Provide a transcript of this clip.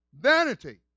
vanity